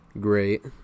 great